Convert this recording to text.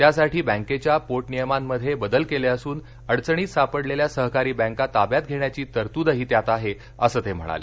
त्यासाठी बँकेच्या पोटनियमामध्ये बदल केले असून अडचणीत सापडलेल्या सहकारी बँका ताब्यात घेण्याची तरतूदही त्यात आहे असं ते म्हणाले